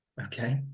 Okay